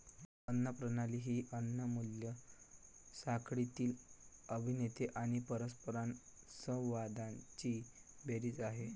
अन्न प्रणाली ही अन्न मूल्य साखळीतील अभिनेते आणि परस्परसंवादांची बेरीज आहे